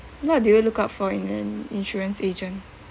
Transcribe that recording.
what do you look out for in an insurance agent